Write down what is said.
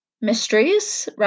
mysteries